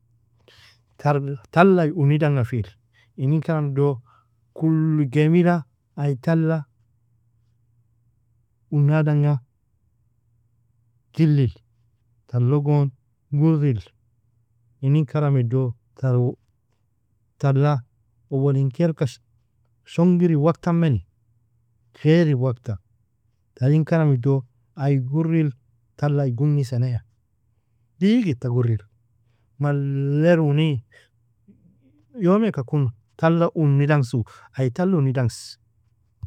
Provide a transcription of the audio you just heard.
Tal_talla ai unidanga fili Inin karamido kulu gemila ai talla unadanga jilili tallo gon gurili Inin karamido tal_talla uwalin kilka shongirin wakta meni kharin wakta tarin karamido ai gurili talla aig unisanaya digita gurili maleruni yomeka kuni talla unidangsu ai talla unidangs.